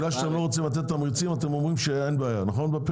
בגלל שאתם לא רוצים לתת תמריצים אז אתם אומרים שאין בעיה בפריפריה?